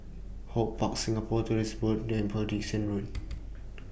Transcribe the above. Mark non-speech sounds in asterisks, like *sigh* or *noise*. HortPark Singapore Tourism Board and Upper Dickson Road *noise*